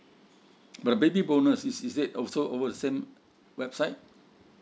but baby bonus is is that also over the same website